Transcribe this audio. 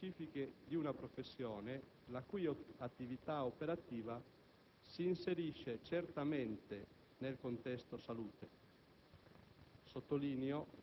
delle caratteristiche specifiche di una professione la cui attività operativa si inserisce certamente nel contesto salute.